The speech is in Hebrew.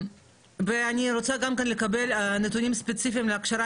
אני רוצה לקבל נתונים ספציפיים על הכשרת